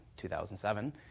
2007